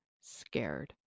scared